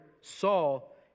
Saul